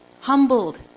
humbled